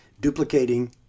duplicating